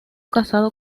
casada